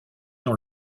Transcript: dans